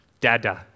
Dada